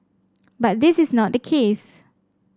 but this is not the case